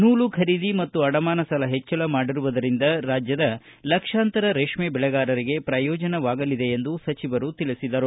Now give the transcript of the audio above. ನೂಲು ಖರೀದಿ ಮತ್ತು ಅಡಮಾನ ಸಾಲ ಹೆಚ್ಚಳ ಮಾಡಿರುವುದರಿಂದ ರಾಜ್ಯದ ಲಕ್ಷಾಂತರ ರೇಷ್ನೆ ಬೆಳೆಗಾರರಿಗೆ ಪ್ರಯೋಜನವಾಗಲಿದೆ ಎಂದು ಸಚಿವರು ಹೇಳಿದರು